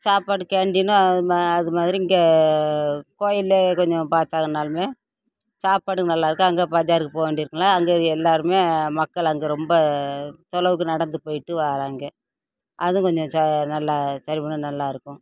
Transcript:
சாப்பாடு கேண்டீனும் அது மா அது மாதிரி இங்கே கோயில்லே கொஞ்சம் பார்த்தாங்கன்னாலுமே சாப்பாடு நல்லாயிருக்கும் அங்கே பஜாருக்கு போக வேண்டியது இருக்குதுங்கள அங்கே எல்லாருமே மக்கள் அங்கே ரொம்ப தொலைவுக்கு நடந்து போயிட்டு வாராங்க அதுவும் கொஞ்சம் சா நல்லா சரி பண்ணிணா நல்லாயிருக்கும்